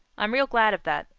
i'm real glad of that.